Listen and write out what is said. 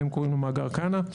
הם קוראים לו מאגר כנא.